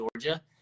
Georgia